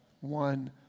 One